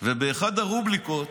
ובאחת הרובריקות